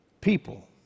people